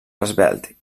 esvelt